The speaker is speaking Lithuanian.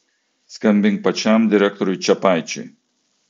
skambink pačiam direktoriui čepaičiui